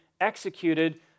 executed